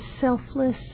selfless